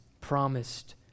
promised